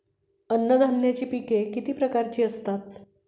अन्नधान्याची पिके किती प्रकारची असतात?